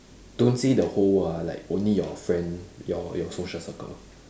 don't say the whole world ah like only your friend your your social circle